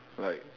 like